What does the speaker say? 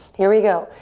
here we go.